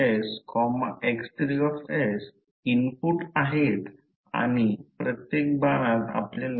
आता flux density B मीडियमची property field इन्टेन्सिटीमुळे तयार झाली आहे